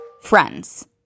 Friends